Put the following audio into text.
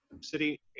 city